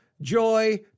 joy